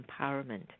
empowerment